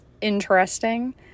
interesting